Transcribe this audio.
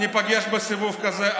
ניפגש בסיבוב כזה.